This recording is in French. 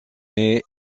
est